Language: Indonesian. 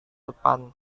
depan